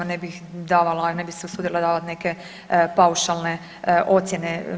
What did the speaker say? Ne bih davala, ne bih se usudila davati nekakve paušalne ocjene.